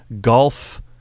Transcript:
golf